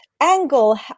angle